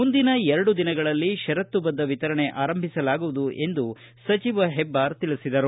ಮುಂದಿನ ಎರಡು ದಿನಗಳಲ್ಲಿ ಷರತ್ತುಬದ್ದ ವಿತರಣೆ ಆರಂಭಿಸಲಾಗುವುದು ಎಂದು ಸಚಿವ ಹೆಬ್ಬಾರ್ ತಿಳಿಸಿದರು